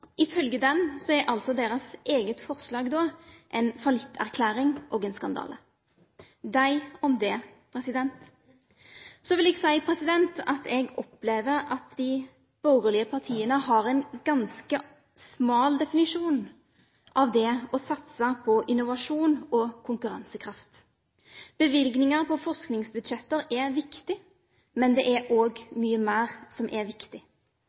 ifølge diagnosen som de selv stilte tidligere i høst, er altså deres eget forslag «en fallitterklæring» og «en skandale». Dem om det! Så vil jeg si at jeg opplever at de borgerlige partiene har en ganske smal definisjon av det å satse på innovasjon og konkurransekraft. Bevilgninger på forskningsbudsjetter er viktig, men det er også mye mer som er viktig.